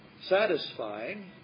satisfying